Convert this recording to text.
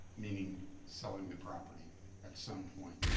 meaning selling the property at some point.